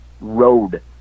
road